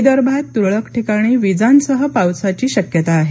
विदर्भात तुरळक ठिकाणी वीजांसह पावसाची शक्यता आहे